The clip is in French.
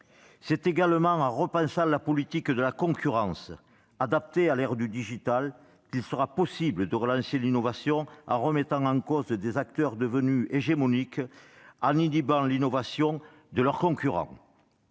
C'est également en repensant la politique de la concurrence, adaptée à l'ère du digital, qu'il sera possible de relancer l'innovation, en remettant en cause des acteurs devenus hégémoniques qui inhibent l'innovation de leurs concurrents.